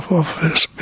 office